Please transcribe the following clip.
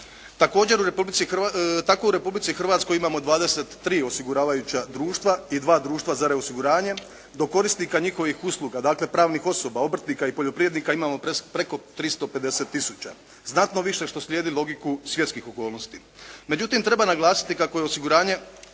Tako u Republici Hrvatskoj imamo 23 osiguravajuća društva i dva društva za reosiguranje, dok korisnika njihovih usluga dakle pravnih osoba, obrtnika i poljoprivrednika imamo preko 350 tisuća, znatno više što slijedi logiku svjetskih okolnosti. Međutim, treba naglasiti kako je osiguranje